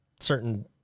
certain